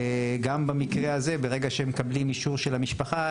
גם במקרה הזה ברגע שמקבלים אישור של המשפחה,